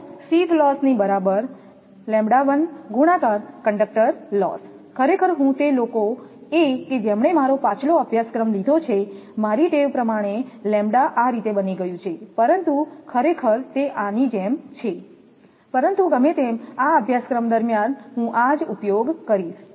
જો શીથ લોસની બરાબર ગુણાકાર કંડક્ટરલોસ ખરેખર હું તે લોકોએ કે જેમણે મારો પાછલો અભ્યાસક્રમ લીધો છે મારી ટેવ પ્રમાણે લેમ્બડા આ રીતે બની ગયું છે પરંતુ ખરેખર તે આની જેમ છે પરંતુ ગમે તેમ આ અભ્યાસક્રમ દરમ્યાન હું આ જ ઉપયોગ કરીશ